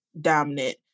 dominant